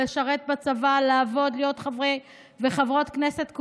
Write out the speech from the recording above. לשרת בצבא, להיות חברי וחברות כנסת.